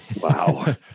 Wow